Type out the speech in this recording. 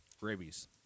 rabies